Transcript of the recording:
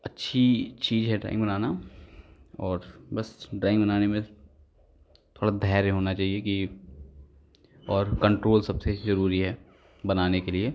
अच्छी चीज़ है ड्राइंग बनाना और बस ड्राइंग बनाने में थोड़ा धैर्य होना चाहिए कि और कण्ट्रोल सबसे ज़रूरी है बनाने के लिए